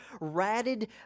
ratted